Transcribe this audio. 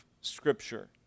scripture